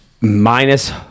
minus